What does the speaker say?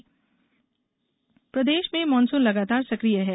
मौसम प्रदेश में मानसून लगातार सकिय है